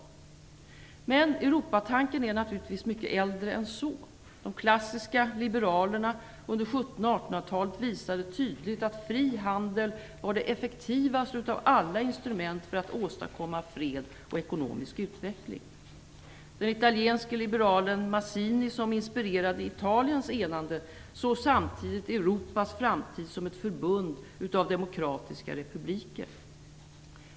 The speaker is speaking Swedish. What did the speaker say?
Men Europatanken är naturligtvis mycket äldre än så. De klassiska liberalerna under 1700 och 1800 talet visade tydligt att fri handel var det effektivaste av alla instrument för att åstadkomma fred och ekonomisk utveckling. Den italienske liberalen Mazzini, som inspirerade Italiens enande, såg samtidigt Europas framtid som ett förbund av demokratiska republiker.